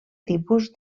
tipus